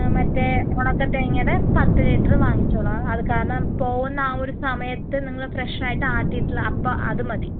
മറ്റേ ഓണക്കതേങ്ങയുടെ പത്ത് ലിറ്ററ് വാങ്ങിച്ചോളാം അത് കാരണം പോവുന്ന ആ ഒരു സമയത്ത് നിങ്ങള് ഫ്രഷായിട്ട് ആട്ടിയിട്ടുള്ള അപ്പം അത് മതി